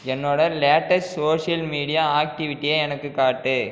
என்னோட latest social media ஆக்டிவிட்டியை எனக்கு காட்டு